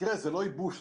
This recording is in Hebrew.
תראה, זה לא ייבוש.